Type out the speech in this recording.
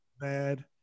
bad